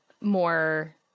more